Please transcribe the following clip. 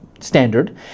standard